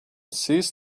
seized